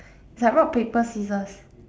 it's like rock paper scissors